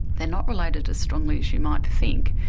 they are not related as strongly as you might think.